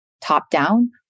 top-down